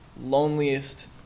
loneliest